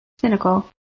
cynical